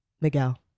Miguel